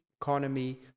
economy